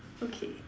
okay